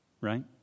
right